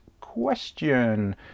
question